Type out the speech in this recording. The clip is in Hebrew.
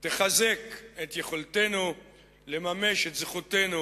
תחזק את יכולתנו לממש את זכותנו